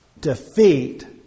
defeat